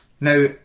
Now